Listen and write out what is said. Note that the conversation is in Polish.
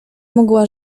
mogła